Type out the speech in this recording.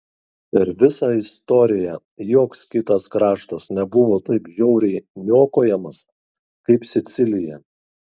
per visą istoriją joks kitas kraštas nebuvo taip žiauriai niokojamas kaip sicilija